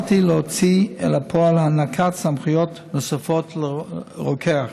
פעלתי להוציא אל הפועל הענקת סמכויות נוספות לרוקח.